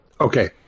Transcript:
Okay